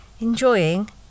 enjoying